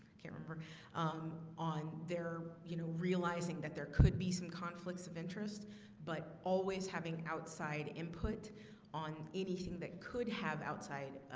karen berg um on there, you know realizing that there could be some conflicts of interest but always having outside input on anything that could have outside,